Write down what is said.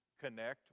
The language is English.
connect